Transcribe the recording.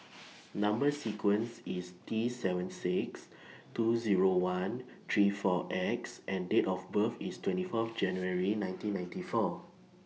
Number sequence IS T seven six two Zero one three four X and Date of birth IS twenty Fourth January nineteen ninety four